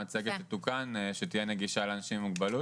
המצגת תתוקן כך שהיא תהיה נגישה לאנשים עם מוגבלות,